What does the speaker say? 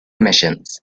commissions